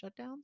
shutdowns